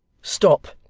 stop!